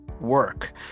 work